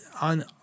on